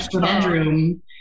bedroom